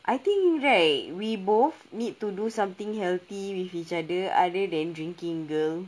I think right we both need to do something healthy with each other other than drinking girl